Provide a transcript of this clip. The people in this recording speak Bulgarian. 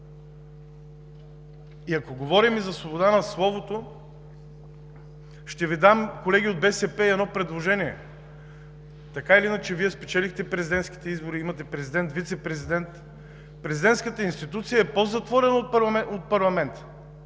Ако говорим за свобода на словото, колеги от БСП, ще Ви дам едно предложение: така или иначе Вие спечелихте президентските избори, имате президент, вицепрезидент. Президентската институция е по-затворена от парламента